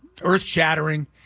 earth-shattering